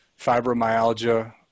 fibromyalgia